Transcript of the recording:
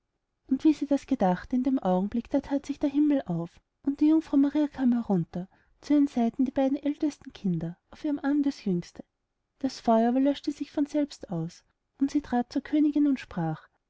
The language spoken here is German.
und wie sie das gedachte in dem augenblick da that sich der himmel auf und die jungfrau maria kam herunter zu ihren seiten die beiden ältesten kindern auf ihrem arm das jüngste das feuer aber löschte sich von selbst aus und sie trat zur königin und sprach